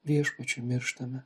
viešpačiui mirštame